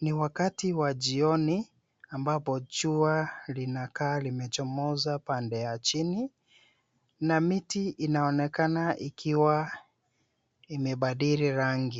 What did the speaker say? Ni wakati wa jioni ambapo jua linakaa limechomoza pande ya chini na miti inaonekana ikiwa imebadili rangi.